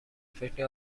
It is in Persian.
فکر